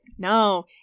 No